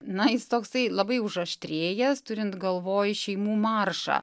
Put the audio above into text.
na jis toksai labai užaštrėjęs turint galvoj šeimų maršą